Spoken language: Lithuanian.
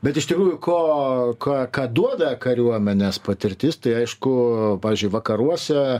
bet iš tikrųjų ko ką ką duoda kariuomenės patirtis tai aišku pavyzdžiui vakaruose